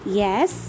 yes